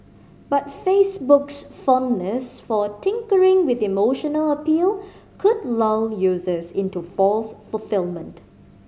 but Facebook's fondness for tinkering with emotional appeal could lull users into false fulfilment